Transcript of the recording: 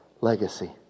legacy